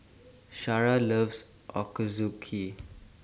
Shara loves Ochazuke